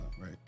right